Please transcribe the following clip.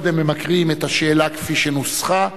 קודם הם מקריאים את השאלה כפי שנוסחה,